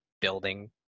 building